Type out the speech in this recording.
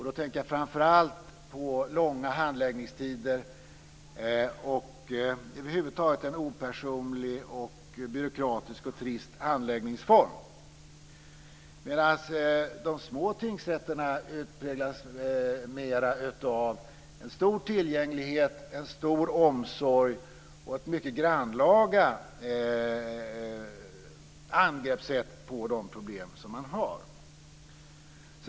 Då tänker jag framför allt på långa handläggningstider och över huvud taget en opersonlig, byråkratisk och trist handläggningsform, medan de små tingsrätterna präglas mer av en stor tillgänglighet, en stor omsorg och ett mycket grannlaga angreppssätt på de problem som man har.